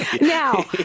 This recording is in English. Now